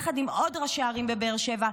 יחד עם עוד ראשי ערים מבאר שבע,